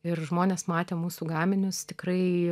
ir žmonės matę mūsų gaminius tikrai